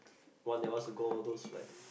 one that wants to go those like